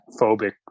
phobic